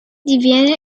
diviene